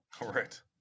Right